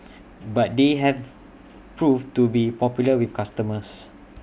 but they have proved to be popular with customers